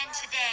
today